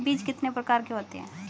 बीज कितने प्रकार के होते हैं?